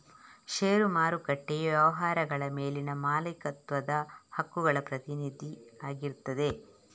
ಷೇರು ಮಾರುಕಟ್ಟೆಯು ವ್ಯವಹಾರಗಳ ಮೇಲಿನ ಮಾಲೀಕತ್ವದ ಹಕ್ಕುಗಳ ಪ್ರತಿನಿಧಿ ಆಗಿರ್ತದೆ